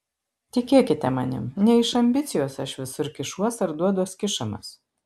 tikėkite manim ne iš ambicijos aš visur kišuos ar duoduos kišamas